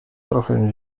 trochę